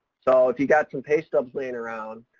so, if you got some pay stubs laying around,